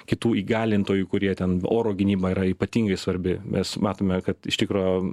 kitų įgalintojų kurie ten oro gynyba yra ypatingai svarbi mes matome kad iš tikro